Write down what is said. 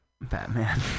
Batman